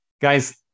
Guys